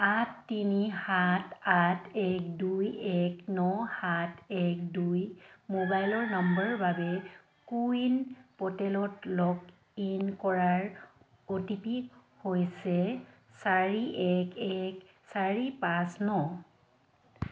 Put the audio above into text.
আঠ তিনি সাত আঠ এক দুই এক ন সাত এক দুই মোবাইলৰ নম্বৰৰ বাবে কো ৱিন প'ৰ্টেলত লগ ইন কৰাৰ অ' টি পি হৈছে চাৰি এক এক চাৰি পাঁচ ন